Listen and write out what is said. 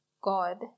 God